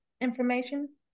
information